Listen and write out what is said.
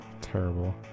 terrible